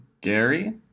Gary